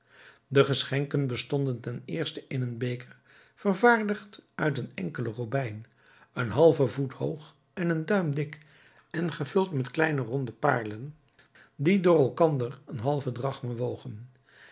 de geschenken bestonden ten eerste in een beker vervaardigd uit een enkelen robijn een halve voet hoog en een duim dik en gevuld met fijne ronde paarlen die door elkander een halve drachme wogen